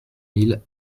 mille